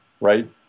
right